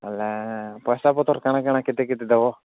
ବୋଲେ ପଇସାପତ୍ର କାଣା କାଣା କେତେ କେତେ ଦେବ